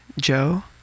Joe